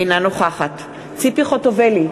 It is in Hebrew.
אינה נוכחת ציפי חוטובלי,